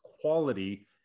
quality